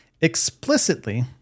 explicitly